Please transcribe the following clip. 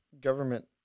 government